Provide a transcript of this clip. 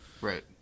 Right